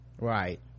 right